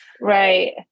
Right